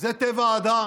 זה טבע האדם,